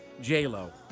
J-Lo